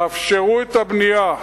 אפשרו את הבנייה.